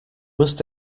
must